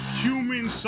human